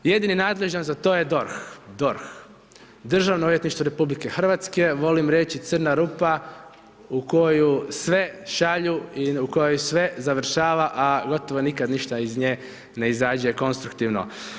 Jedini nadležan za to je DORH, DORH, Državno odvjetništvo RH, volim reći crna rupa u koju sve šalju i u kojoj sve završava, a gotovo nikad ništa iz nje ne izađe konstruktivno.